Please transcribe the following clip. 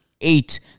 eight